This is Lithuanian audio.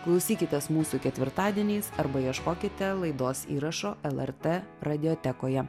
klausykitės mūsų ketvirtadieniais arba ieškokite laidos įrašo lrt radiotekoje